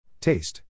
Taste